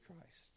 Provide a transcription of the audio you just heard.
Christ